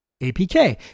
APK